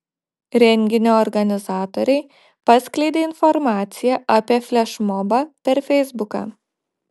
renginio organizatoriai paskleidė informaciją apie flešmobą per feisbuką